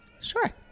Sure